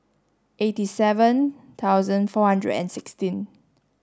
eighty seven thousand four hundred and sixteen